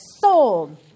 Sold